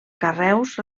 carreus